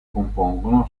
compongono